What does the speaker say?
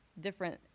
different